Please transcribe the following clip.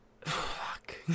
Fuck